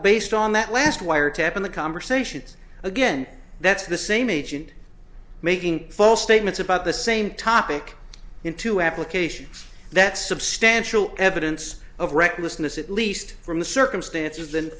based on that last wiretap in the conversations again that's the same agent making false statements about the same topic into applications that substantial evidence of recklessness at least from the circumstances